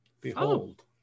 Behold